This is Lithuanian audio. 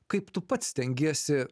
kaip tu pats stengiesi